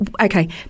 okay